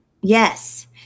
Yes